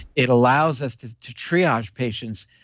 it allows us to to triage patients